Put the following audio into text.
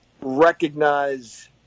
recognize